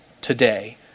today